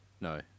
No